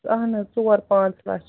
اَہن حظ ژور پانٛژھ لَچھ